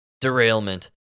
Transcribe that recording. derailment